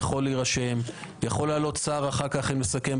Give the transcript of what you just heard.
יכול לעלות שר אחר כך כמסכם.